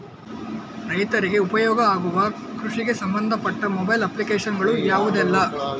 ರೈತರಿಗೆ ಉಪಯೋಗ ಆಗುವ ಕೃಷಿಗೆ ಸಂಬಂಧಪಟ್ಟ ಮೊಬೈಲ್ ಅಪ್ಲಿಕೇಶನ್ ಗಳು ಯಾವುದೆಲ್ಲ?